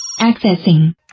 Accessing